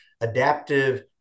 adaptive